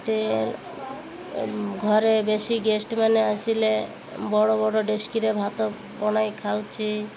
ମୋତେ ଘରେ ବେଶୀ ଗେଷ୍ଟ ମାନେ ଆସିଲେ ବଡ଼ ବଡ଼ ଡେକଚିରେ ଭାତ ବନାଇ ଖାଉଛି